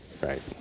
Right